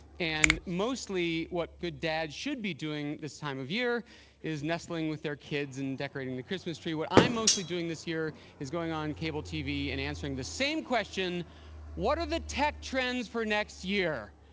and mostly what good dads should be doing this time of year is nestling with their kids and decorating the christmas tree. what i'm mostly doing this year is going on cable tv and answering the same question what are the tech trends for next year?